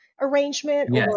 arrangement